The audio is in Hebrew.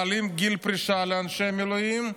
מעלים את גיל הפרישה לאנשי מילואים,